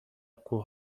کوه